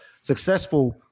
Successful